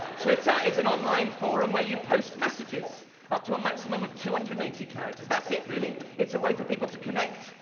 twitter is an online forum where you post messages up to a maximum of two hundred and eighty characters. that's it, really. it's a way for people to connect,